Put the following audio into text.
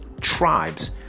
tribes